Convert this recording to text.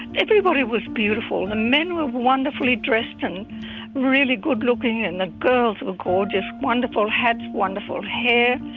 everybody was beautiful. the men were wonderfully dressed and really good-looking, and the girls were gorgeous, wonderful hats, wonderful hair,